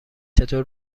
چطور